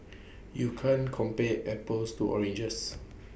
you can't compare apples to oranges